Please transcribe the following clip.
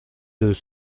deux